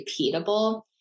repeatable